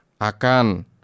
Akan